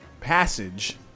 passage